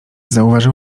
zauważył